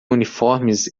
uniformes